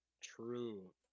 True